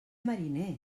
mariner